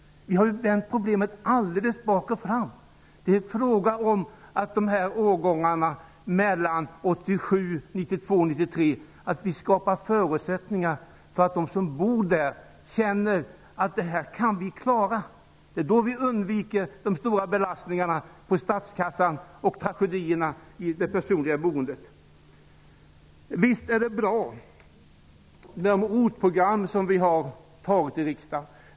Vi har vänt problemet alldeles bak och fram. Det är fråga om att skapa förutsättningar för dem som bor i hus byggda åren 1987--1993 att klara av situationen. Det är då vi undviker de stora belastningarna på statskassan och de personliga tragedierna. Visst är det bra med de ROT-program vi har fattat beslut om i riksdagen.